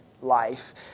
life